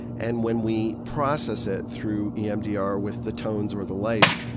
and when we process it through emdr, with the tones or the lights,